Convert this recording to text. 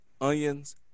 onions